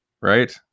Right